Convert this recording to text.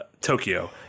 Tokyo